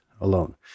alone